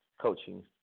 coaching